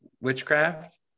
witchcraft